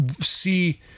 see